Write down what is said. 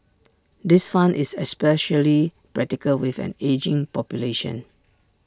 this fund is especially practical with an ageing population